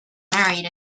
married